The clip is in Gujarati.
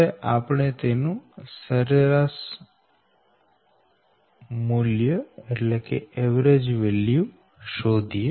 હવે આપણે તેનું સરેરાશ મૂલ્ય શોધીએ